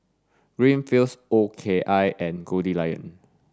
Greenfields O K I and Goldlion